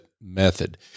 Method